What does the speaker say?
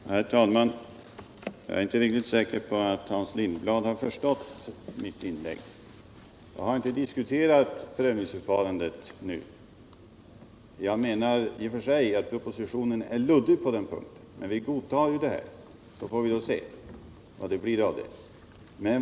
Herr talman! Jag är inte riktigt säker på att Hans Lindblad har förstått mitt förra inlägg. Jag har inte diskuterat prövningsförfarandet nu. Jag menar i och för sig att propositionen är luddig på den punkten, men vi godtar vad som där föreslås, så får vi se vad det blir av det.